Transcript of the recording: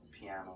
piano